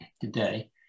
today